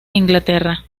inglaterra